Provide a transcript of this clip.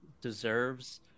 deserves